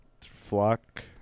flock